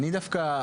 אני דווקא,